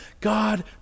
God